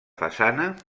façana